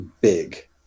big